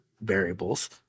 variables